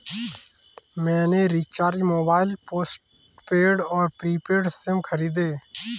मैंने recharge mobile postpaid और prepaid SIM खरीदे